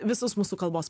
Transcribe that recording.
visus mūsų kalbos